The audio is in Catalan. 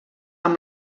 amb